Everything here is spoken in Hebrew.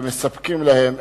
ומספקים להן,